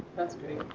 that's great.